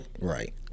right